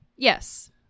Yes